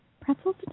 Pretzels